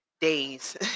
days